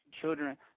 Children